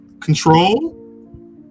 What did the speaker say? control